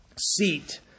seat